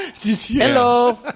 Hello